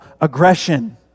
aggression